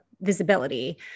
visibility